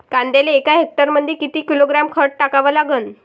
कांद्याले एका हेक्टरमंदी किती किलोग्रॅम खत टाकावं लागन?